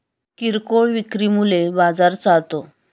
किरकोळ विक्री मुळे बाजार चालतो